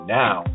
now